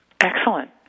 Excellent